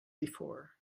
before